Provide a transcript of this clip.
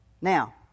Now